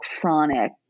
chronic